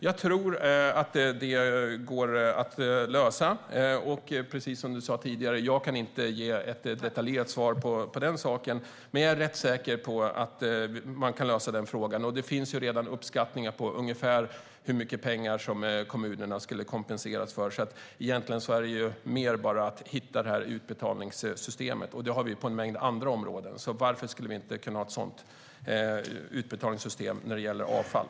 Jag tror att den går att lösa. Precis som du sa tidigare kan jag inte ge ett detaljerat svar på den saken, men jag är rätt säker på att man kan lösa frågan. Det finns redan uppskattningar om ungefär hur mycket pengar som kommunerna skulle kompenseras för. Egentligen rör det sig mer om att hitta ett utbetalningssystem. Det har vi ju på en mängd andra områden, så varför skulle vi inte kunna ha ett sådant när det gäller avfall?